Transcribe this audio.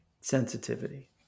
sensitivity